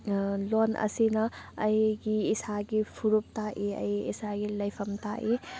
ꯂꯣꯟ ꯑꯁꯤꯅ ꯑꯩꯒꯤ ꯏꯁꯥꯒꯤ ꯐꯨꯔꯨꯞ ꯇꯥꯛꯏ ꯑꯩ ꯏꯁꯥꯒꯤ ꯂꯩꯐꯝ ꯇꯥꯛꯏ